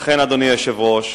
אדוני היושב-ראש,